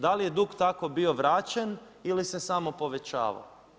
Da li je dug tako bio vraćen ili se samo povećavao?